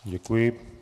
Děkuji.